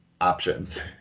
options